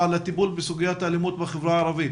לטיפול בסוגיית האלימות בחברה הערבית,